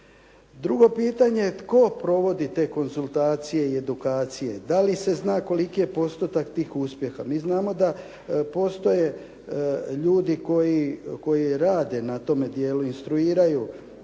Drugo pitanje, tko provodi te konzultacije i edukacije? Dali se zna koliki je postotak tih uspjeha? Mi znamo da postoje ljudi koji rade na tome dijelu, instruiraju,